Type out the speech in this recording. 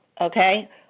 okay